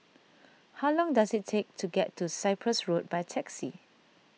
how long does it take to get to Cyprus Road by taxi